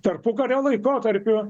tarpukario laikotarpiu